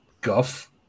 guff